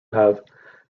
have